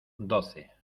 doce